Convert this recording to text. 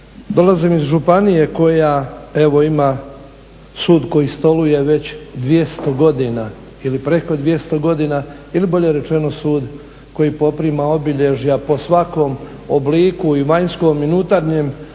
Dolazim iz županije koja evo ima sud koji stoluje već 200 godina, ili preko 200 godina, ili bolje rečeno sud koji poprima obilježja po svakom obliku i vanjskom i nutarnjem